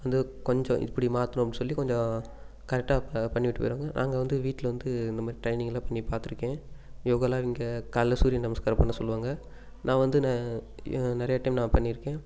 அந்த கொஞ்சம் இப்படி மாத்தணும் அப்படி சொல்லி கொஞ்சம் கரெக்டாக பண்ணிவிட்டு போய்டுவாங்க நாங்கள் வந்து வீட்டில வந்து இந்த மாதிரி ட்ரெய்னிங்லாம் பண்ணி பார்த்துருக்கேன் யோகால்லாம் இங்கே காலையில சூரிய நமஸ்காரம் பண்ண சொல்லுவாங்கள் நான் வந்து நிறைய டைம் நான் பண்ணியிருக்கேன்